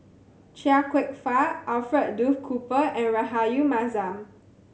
Chia Kwek Fah Alfred Duff Cooper and Rahayu Mahzam